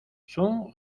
sont